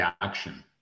action